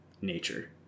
nature